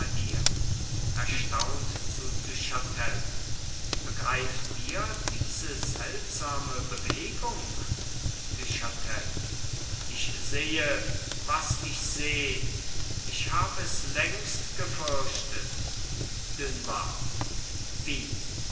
hire erstaunt zu du chatel begreift ihr diese seltsame bewegung du chatel ich sehe was ich seh ich hab es längst gefürchtet dunois wie